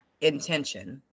intention